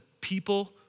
people